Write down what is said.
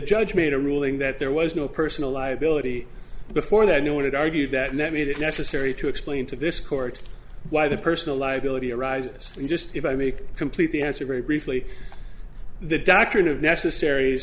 judge made a ruling that there was no personal liability before that no one would argue that net made it necessary to explain to this court why the personal liability arises just if i make complete the answer very briefly the doctrine of necessar